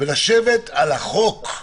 ולשבת על החוק.